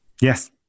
Yes